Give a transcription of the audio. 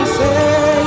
say